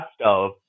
stove